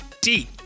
deep